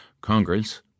Congress